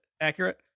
accurate